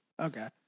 Okay